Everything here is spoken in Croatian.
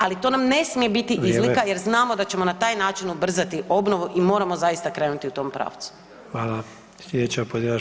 Ali to nam ne smije biti izlika [[Upadica: Vrijeme.]] jer znamo da ćemo na taj način ubrzati obnovu i moramo zaista krenuti u tom pravcu.